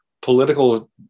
political